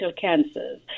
cancers